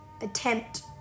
attempt